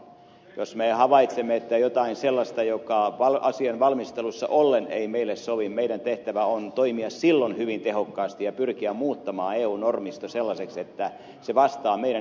jos me havaitsemme jotain sellaista mikä asian valmistelussa ollen ei meille sovi meidän tehtävämme on toimia silloin hyvin tehokkaasti ja pyrkiä muuttamaan eun normisto sellaiseksi että se vastaa meidän intressejämme